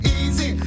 easy